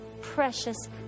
precious